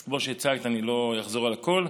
אז כמו שהצגת, אני לא אחזור על הכול,